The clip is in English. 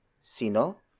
Sino